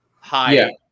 high